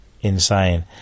insane